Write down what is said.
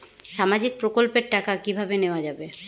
সামাজিক প্রকল্পের টাকা কিভাবে নেওয়া যাবে?